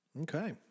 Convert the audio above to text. Okay